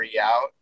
out